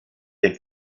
der